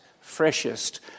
freshest